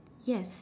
yes